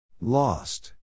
Lost